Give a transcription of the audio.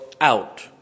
out